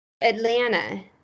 Atlanta